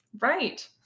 Right